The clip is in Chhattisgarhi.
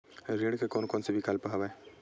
ऋण के कोन कोन से विकल्प हवय?